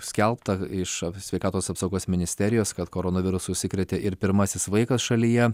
skelbta iš sveikatos apsaugos ministerijos kad koronavirusu užsikrėtė ir pirmasis vaikas šalyje